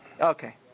Okay